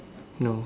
no